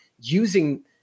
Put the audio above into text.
using